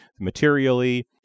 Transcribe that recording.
materially